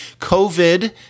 COVID